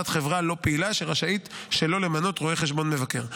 "חברה לא פעילה" שרשאית שלא למנות רואה חשבון מבקר.